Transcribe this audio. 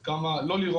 ליאור.